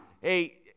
Hey